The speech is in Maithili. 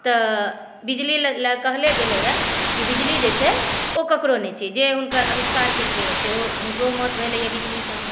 तऽ बिजली लए कहले गेलै हँ बिजली जे छै ओ केकरो नहि छै जे हुनकर आविष्कार केलकै हँ सेहो हुनको मौत भेलै हँ बिजलीसे ही